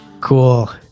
Cool